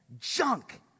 junk